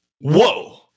Whoa